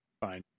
fine